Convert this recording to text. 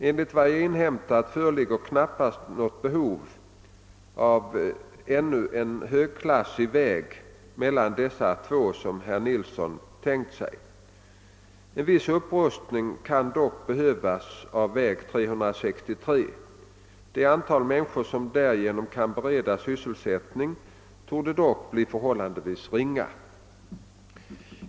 Enligt vad jag inhämtat föreligger knappast något behov av ännu en högklassig väg mellan dessa två såsom herr Nilsson tänkt sig. En viss upprustning kan dock behövas av väg 363. Det antal människor som därigenom kan beredas sysselsättning torde dock bli förhållandevis ringa.